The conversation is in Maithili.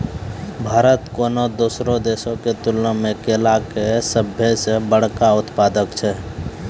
भारत कोनो दोसरो देशो के तुलना मे केला के सभ से बड़का उत्पादक छै